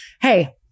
Hey